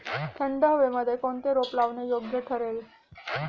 थंड हवेमध्ये कोणते रोप लावणे योग्य ठरेल?